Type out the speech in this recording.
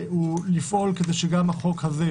לפעול כדי שגם החוק הזה,